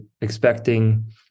expecting